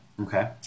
Okay